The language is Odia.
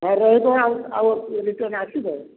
ଆଉ ରହି କ'ଣ ଆଉ ଆଉ ରିଟର୍ନ୍ ଆସିବ